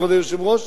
כבוד היושב-ראש,